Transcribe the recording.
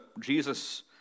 Jesus